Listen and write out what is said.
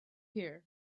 here